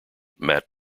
matt